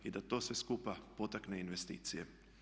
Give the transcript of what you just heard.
I da to sve skupa potakne investicije.